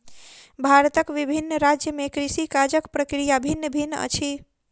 भारतक विभिन्न राज्य में कृषि काजक प्रक्रिया भिन्न भिन्न अछि